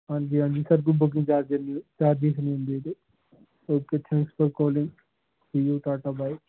ਹਾਂਜੀ ਹਾਂਜੀ ਸਰ ਕੋਈ ਬੁਕਿੰਗ ਚਾਰਜਰ ਨਹੀਂ ਚਾਰਜਿਸ ਨਹੀਂ ਹੁੰਦੇ ਇਹਦੇ okay thanks for calling see you tata bye